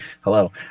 hello